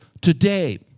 today